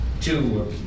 two